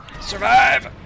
Survive